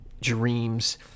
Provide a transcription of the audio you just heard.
dreams